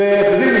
אתם יודעים,